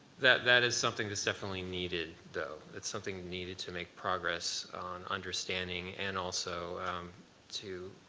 that that is something that's definitely needed, though. it's something needed to make progress on understanding, and also to